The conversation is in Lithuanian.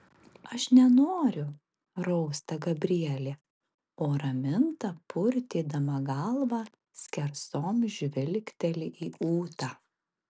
aš nenoriu rausta gabrielė o raminta purtydama galvą skersom žvilgteli į ūtą